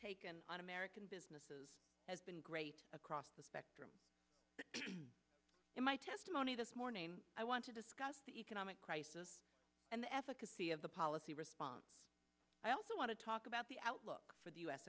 taken on american businesses has been great across the spectrum in my testimony this morning i want to discuss the economic crisis and the efficacy of the policy response i also want to talk about the outlook for the u